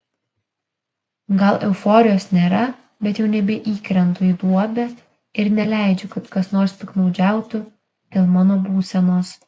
gal euforijos nėra bet jau nebeįkrentu į duobę ir neleidžiu kad kas nors piktdžiugiautų dėl mano būsenos